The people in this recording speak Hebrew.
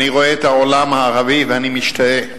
אני רואה את העולם הערבי, ואני משתאה,